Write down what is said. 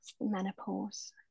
menopause